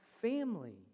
family